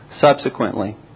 subsequently